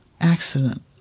Accident